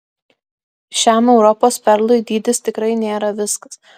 šiam europos perlui dydis tikrai nėra viskas